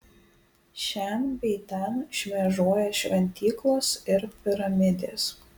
šen bei ten šmėžuoja šventyklos ir piramidės